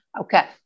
Okay